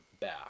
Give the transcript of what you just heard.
back